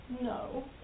No